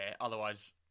otherwise